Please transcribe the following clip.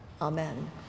Amen